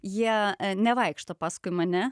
jie nevaikšto paskui mane